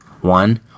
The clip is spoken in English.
One